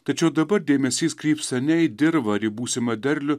tačiau dabar dėmesys krypsta ne į dirvą ar į būsimą derlių